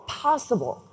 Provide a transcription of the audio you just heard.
possible